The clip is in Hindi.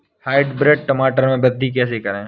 हाइब्रिड टमाटर में वृद्धि कैसे करें?